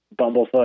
Bumblefoot